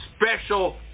special